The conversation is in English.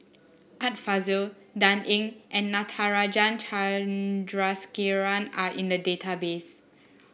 Art Fazil Dan Ying and Natarajan Chandrasekaran are in the database